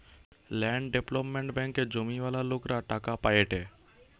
land development ব্যাঙ্কে জমিওয়ালা লোকরা টাকা পায়েটে